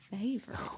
favorite